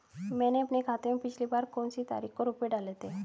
मैंने अपने खाते में पिछली बार कौनसी तारीख को रुपये डाले थे?